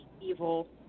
evil